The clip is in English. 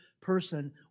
person